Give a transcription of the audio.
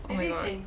oh my god